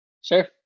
Sure